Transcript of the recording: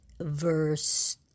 verse